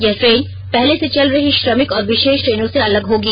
यह ट्रेन पहले से चल रही श्रमिक और विषेष ट्रेनों से अलग होगी